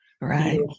Right